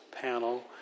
panel